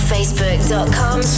Facebook.com